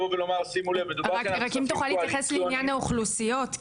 רק אם תוכל להתייחס לעניין האוכלוסיות.